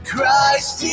Christ